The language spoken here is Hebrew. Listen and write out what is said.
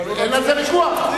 אין על זה ויכוח.